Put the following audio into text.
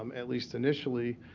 um at least initially,